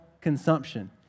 consumption